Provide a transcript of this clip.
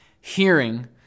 Hearing